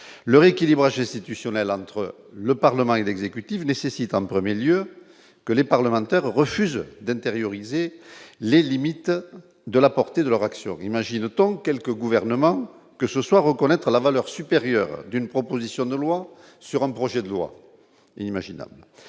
le rééquilibrage institutionnel entre le Parlement et l'exécutif nécessite en 1er lieu que les parlementaires refusent d'intérioriser les limites de la portée de leur action imagine autant quelque gouvernement que ce soit, reconnaîtra la valeur supérieure d'une proposition de loi sur un projet de loi imaginables